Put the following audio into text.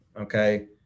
Okay